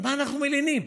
על מה אנחנו מלינים?